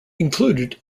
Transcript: included